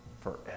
forever